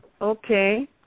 Okay